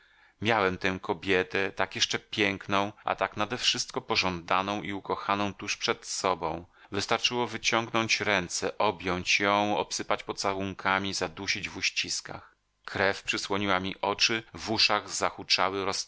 miałem tę kobietę tak jeszcze piękną a tak nadewszystko pożądaną i ukochaną tuż przed sobą wystarczyło wyciągnąć ręce objąć ją obsypać pocałunkami zadusić w uściskach krew przysłoniła mi oczy w uszach zahuczały